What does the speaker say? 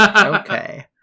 Okay